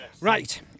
Right